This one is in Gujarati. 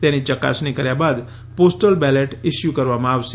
તેની ચકાસણી કર્યા બાદ પોસ્ટલ બેલેટ ઈસ્યુ કરવામાં આવશે